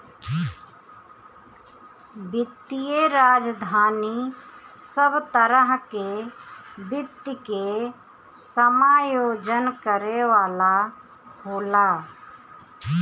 वित्तीय राजधानी सब तरह के वित्त के समायोजन करे वाला होला